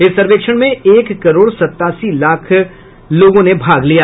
इस सर्वेक्षण में एक करोड़ सतासी लाख लोगों ने भाग लिया